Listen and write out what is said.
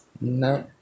No